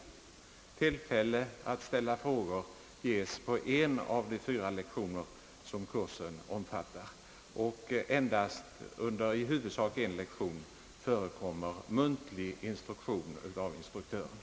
Tillfälle att ställa frågor ges på en av de fyra Ilektioner som kursen omfattar, och endast under i huvudsak en lektion förekommer muntlig undervisning av instruktören.